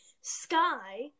Sky